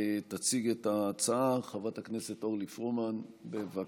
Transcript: תציג את ההצעה חברת הכנסת אורלי פרומן, בבקשה.